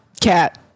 cat